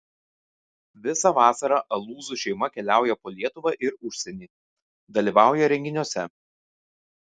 visą vasarą alūzų šeima keliauja po lietuvą ir užsienį dalyvauja renginiuose